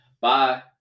Bye